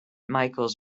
michaels